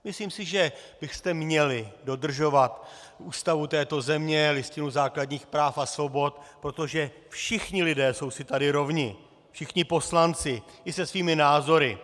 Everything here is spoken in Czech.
Myslím si, že byste měli dodržovat Ústavu této země, Listinu základních práv a svobod, protože všichni lidé jsou si tady rovni, všichni poslanci i se svými názory.